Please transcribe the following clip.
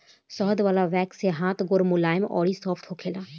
शहद वाला वैक्स से हाथ गोड़ मुलायम अउरी साफ़ होखेला